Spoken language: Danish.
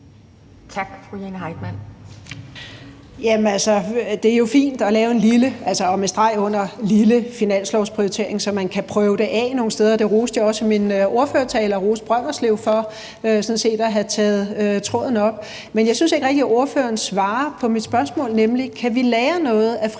12:40 Jane Heitmann (V): Det er jo fint at lave en lille – og det er med streg under lille – finanslovsprioritering, så man kan prøve det af nogle steder, og det roste jeg også i min ordførertale. Jeg roste også Brønderslev Kommune for at have taget tråden op. Men jeg synes ikke rigtig, at ordføreren svarer på mit spørgsmål om, om vi kan lære noget af